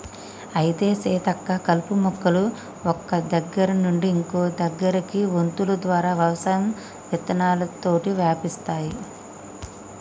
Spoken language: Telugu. అయితే సీతక్క కలుపు మొక్కలు ఒక్క దగ్గర నుండి ఇంకో దగ్గరకి వొంతులు ద్వారా వ్యవసాయం విత్తనాలతోటి వ్యాపిస్తాయి